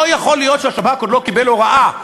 לא יכול להיות שהשב"כ עוד לא קיבל הוראה,